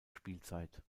spielzeit